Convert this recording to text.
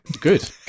Good